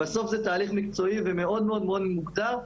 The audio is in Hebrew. בסוף זה תהליך מקצועי ומאוד מוגדר.